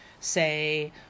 say